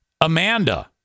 Amanda